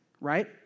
right